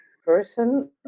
person